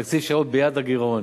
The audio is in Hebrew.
תקציב שיעמוד ביעד הגירעון.